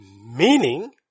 Meaning